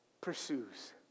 pursues